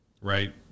right